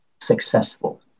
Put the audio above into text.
successful